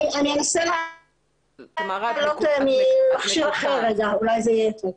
אני אנסה לעלות ממכשיר אחר, אולי זה יהיה טוב.